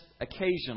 occasionally